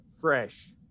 Fresh